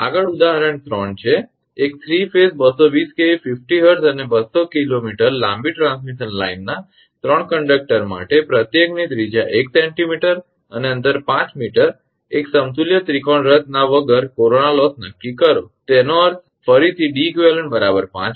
એક 3 𝑝ℎ𝑎𝑠𝑒 220 𝑘𝑉 50 𝐻𝑧 અને 200 𝑘𝑚 લાંબી ટ્રાન્સમિશન લાઇનના ત્રણ કંડકટર માટે પ્રત્યેકની ત્રિજ્યા 1 𝑐𝑚 અને અંતર 5 𝑚 એક સમતુલ્ય ત્રિકોણ રચના વગર કોરોના લોસ નક્કી કરો તેનો અર્થ ફરીથી 𝐷𝑒𝑞 5 𝑚